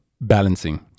balancing